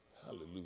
Hallelujah